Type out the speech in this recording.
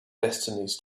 destinies